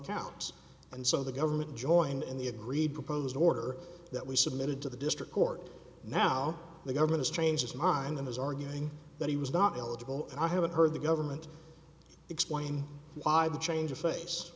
counts and so the government joined in the agreed proposed order that we submitted to the district court now the government a stranger's mind that was arguing that he was not eligible and i haven't heard the government explain why the change of face